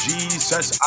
Jesus